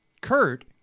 Kurt